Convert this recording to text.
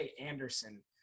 Anderson